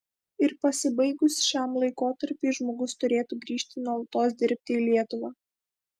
ir pasibaigus šiam laikotarpiui žmogus turėtų grįžti nuolatos dirbti į lietuvą